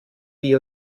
wie